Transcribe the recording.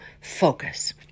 focus